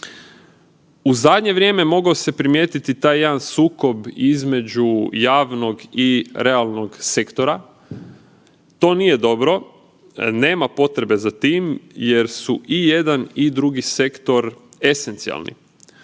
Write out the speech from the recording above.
U zadnje vrijeme mogao se primijetiti taj jedan sukob između javnog i realnog sektora. To nije dobro, nema potrebe za tim jer su i jedan i drugi sektor esencijalni.